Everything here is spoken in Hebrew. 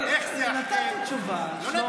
נתתי תשובה, שלמה.